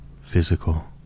physical